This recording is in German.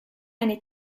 eine